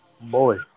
Boy